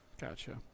Gotcha